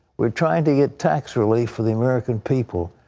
we're trying to get tax relief for the american people.